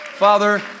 Father